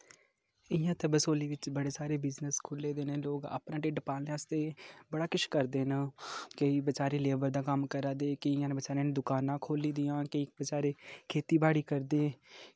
इं'या इत्थै बसोह्ली बिच्च बड़े सारे बिजनेस खो'ल्ले दे न लोक अपना टिड्ढ पालने आस्तै बड़ा किश करदे न केईं बेचारे लेबर दा कम्म करा दे केईं इयां बेचारे दकानां खो'ल्ली दियां केईं बेचारे खेतीबाड़ी करदे